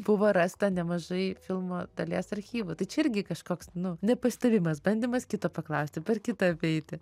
buvo rasta nemažai filmo dalies archyvų tai čia irgi kažkoks nu nepasidavimas bandymas kito paklausti per kitą apeiti